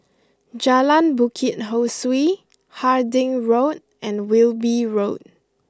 Jalan Bukit Ho Swee Harding Road and Wilby Road